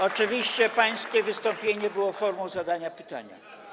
Oczywiście pańskie wystąpienie było formą zadania pytania.